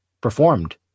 performed